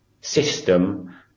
system